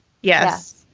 Yes